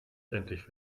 endlich